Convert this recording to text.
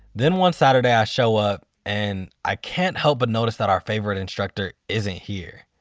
then one saturday, i show up and i can't help but notice that our favorite instructor isn't here.